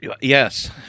Yes